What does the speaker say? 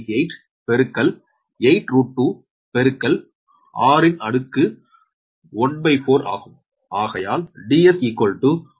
7788 பெருக்கல் 8 √2 பெருக்கல் r அடுக்கு 14 ஆகும் ஆகையால் Ds 1